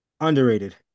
underrated